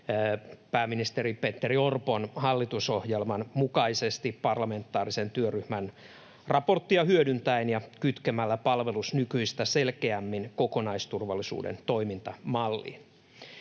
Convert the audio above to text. pääministeri Petteri Orpon hallitusohjelman mukaisesti parlamentaarisen työryhmän raporttia hyödyntäen ja kytkemällä palvelus nykyistä selkeämmin kokonaisturvallisuuden toimintamalliin.